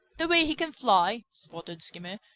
the way he can fly! sputtered skimmer,